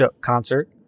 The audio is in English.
concert